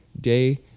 day